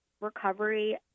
recovery